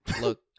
Look